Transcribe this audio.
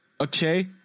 okay